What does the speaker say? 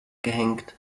gehängt